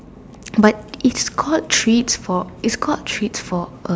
but it's called treats for it's called treats for A